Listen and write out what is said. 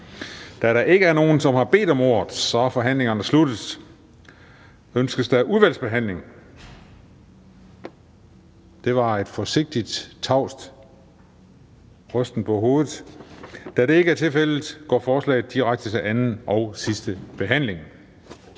Da der ikke er nogen, som har bedt om ordet, er forhandlingen sluttet. Ønskes der udvalgsbehandling? Det var en forsigtig, tavs rysten på hovedet. Da det ikke er tilfældet, går forslaget direkte til anden (sidste) behandling.